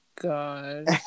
god